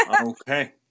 Okay